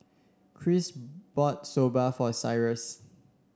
Christ bought Soba for Cyrus